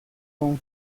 con